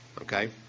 okay